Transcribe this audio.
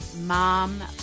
mom